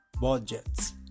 budgets